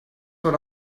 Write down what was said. what